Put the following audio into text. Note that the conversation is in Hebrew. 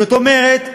זאת אומרת,